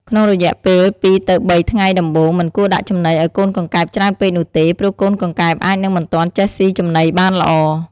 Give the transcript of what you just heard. ក្នុងរយៈពេល ២ ទៅ ៣ ថ្ងៃដំបូង មិនគួរដាក់ចំណីឲ្យកូនកង្កែបច្រើនពេកនោះទេ ព្រោះកូនកង្កែបអាចនឹងមិនទាន់ចេះស៊ីចំណីបានល្អ។